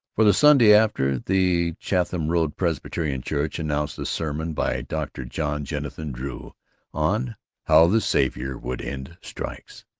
for the sunday after, the chatham road presbyterian church announced a sermon by dr. john jennison drew on how the saviour would end strikes.